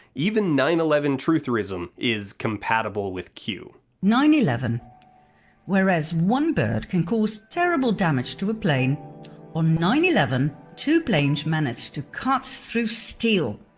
even nine eleven trutherism is compatible with q. nine eleven whereas one bird can cause terrible damage to a plane on nine eleven two planes managed to cut through steel